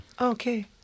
Okay